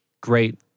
Great